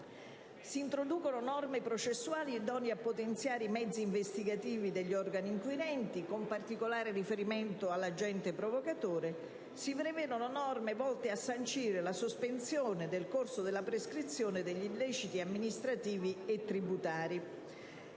Si introducono norme processuali idonee a potenziare i mezzi investigativi degli organi inquirenti con particolare riferimento all'agente provocatore. Si prevedono norme volte a sancire la sospensione del corso della prescrizione degli illeciti amministrativi e tributari.